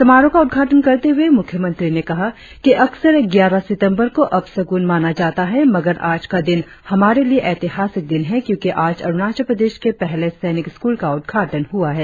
समारोह का उद्घाटन करते हुए मुख्यमंत्री ने कहा कि अक्सर ग्यारह सितंबर को अपसगुन माना जाता है मगर आज का दिन हमारे लिए ऐतिहासिक दिन है क्योंकि आज अरुणाचल प्रदेश के पहले सैनिक स्कूल का उद्घाटन हुआ है